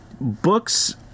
books